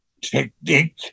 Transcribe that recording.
technique